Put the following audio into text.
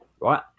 right